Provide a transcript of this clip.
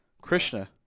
Krishna